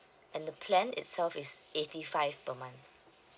and the plan itself is eighty five per month